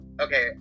okay